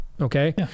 Okay